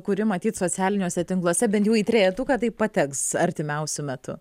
kuri matyt socialiniuose tinkluose bent jau į trejetuką tai pateks artimiausiu metu